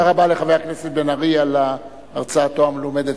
תודה רבה לחבר הכנסת בן-ארי על הרצאתו המלומדת